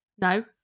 No